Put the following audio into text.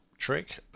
trick